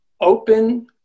open